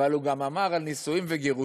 אבל הוא גם אמר על נישואים וגירושים,